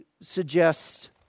suggest